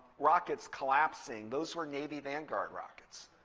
rockets collapsing, those were navy vanguard rockets.